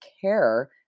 care